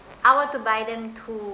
I want to buy them too